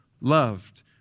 loved